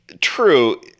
true